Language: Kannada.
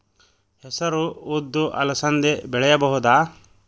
ಹೆಸರು ಉದ್ದು ಅಲಸಂದೆ ಬೆಳೆಯಬಹುದಾ?